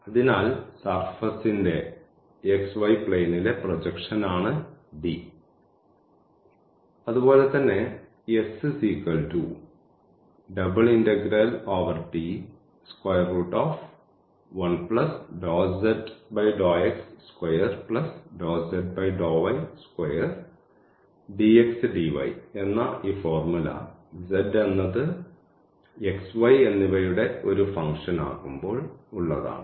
അതിനാൽ സർഫസ്ന്റെ xy പ്ലെയിനിലെ പ്രൊജക്ഷനാണ് D അതുപോലെ തന്നെ എന്ന ഈ ഫോർമുല z എന്നത് x y എന്നിവയുടെ ഒരു ഫങ്ക്ഷൻ ആകുമ്പോൾ ഉള്ളതാണ്